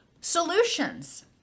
Solutions